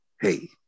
hey